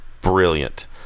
brilliant